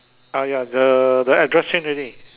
ah ya the address change already